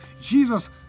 Jesus